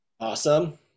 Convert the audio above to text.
Awesome